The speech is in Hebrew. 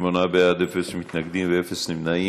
שמונה בעד, אפס מתנגדים ואפס נמנעים.